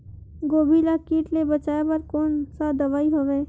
गोभी ल कीट ले बचाय बर कोन सा दवाई हवे?